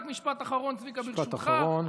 תודה.